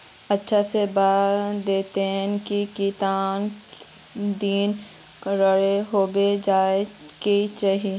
अच्छा से बता देतहिन की कीतना दिन रेडी होबे जाय के चही?